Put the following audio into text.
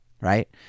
right